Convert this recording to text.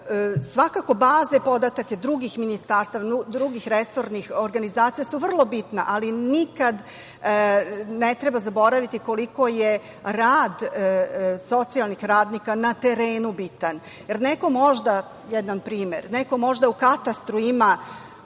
Svakako baze podataka drugih ministarstava, drugih resornih organizacija su vrlo bitna ali nikada ne treba zaboraviti koliko je rad socijalnih radnika na terenu bitan. Jedan primer, neko možda u katastru ima